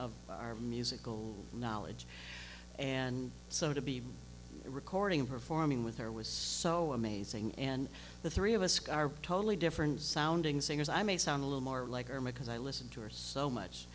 of our musical knowledge and so to be recording and performing with her was so amazing and the three of us are totally different sounding singers i may sound a little more like army because i listened to her so much